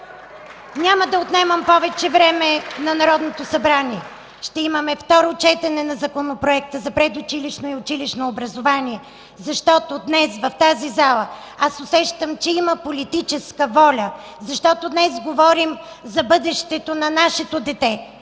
Няма да отнемам повече време на Народното събрание. Ще имаме второ четене на Законопроекта за предучилищното и училищното образование, защото днес, в тази зала, аз усещам, че има политическа воля. Защото днес говорим за бъдещето на нашето дете,